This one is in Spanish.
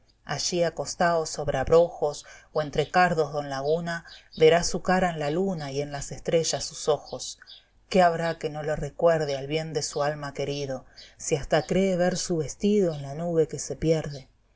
allí acostao sobre abrojos o entre cardos don laguna verá su cara en la luna y en las estrellas sus ojos i qué habrá que no le recuerde al bien de su alma querido si hasta cree ver su vestido en la nube que se pierde